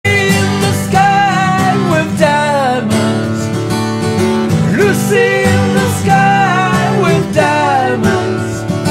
Lucy in the sky with diamonds, Lucy in the sky with diamonds